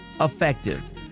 effective